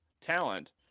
talent